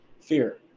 fear